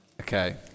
Okay